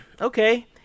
okay